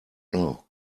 know